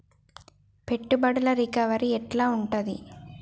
పెట్టుబడుల రికవరీ ఎట్ల ఉంటది?